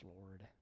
lord